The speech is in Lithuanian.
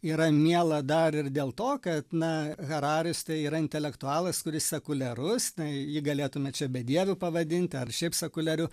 yra miela dar ir dėl to kad na hararis tai yra intelektualas kuris sekuliarus tai jį galėtume čia bedieviu pavadinti ar šiaip sekuliariu